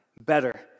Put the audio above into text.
better